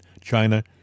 China